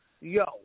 yo